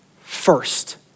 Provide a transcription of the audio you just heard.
first